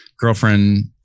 Girlfriend